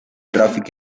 gráfica